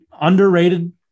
underrated